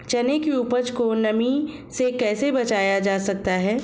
चने की उपज को नमी से कैसे बचाया जा सकता है?